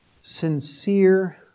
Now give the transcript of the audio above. Sincere